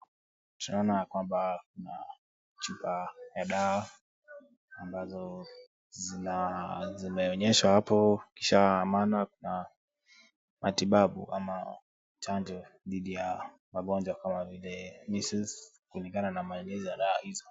Tunaona yakwamba kuna chupa ya dawa ambazo zimeonyeshwa hapo, kisha maana kuna matibabu ama chanjo dhidi ya magonjwa kama vile measles kulingana na maelezo ya dawa hizo.